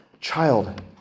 Child